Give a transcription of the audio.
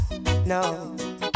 no